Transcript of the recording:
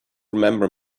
remember